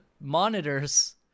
monitors